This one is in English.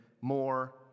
more